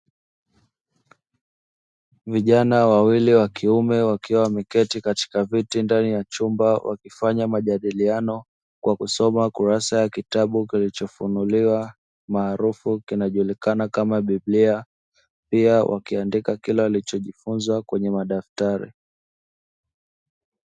Vijana wawili wa kiume wakiwa wameketi katika viti ndani ya chumba, wakifanya majadiliano kwa kusoma kurasa ya kitabu kilichofunuliwa; maarufu kinajulikana kama biblia, pia wakiandika kile walichojifunza kwenye madaftari.